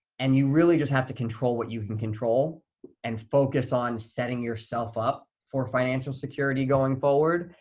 and you really just have to control what you can control and focus on setting yourself up for financial security going forward.